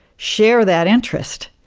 share that interest.